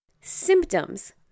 Symptoms